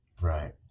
Right